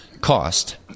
cost